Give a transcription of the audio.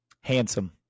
handsome